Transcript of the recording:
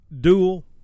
dual